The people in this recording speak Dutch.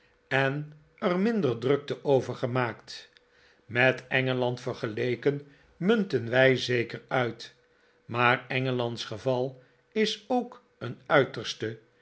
en er minder drukte over gemaakt met engeland vergeleken munten wij zeker uit maar engeland's geval is ook een uiterste